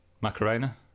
Macarena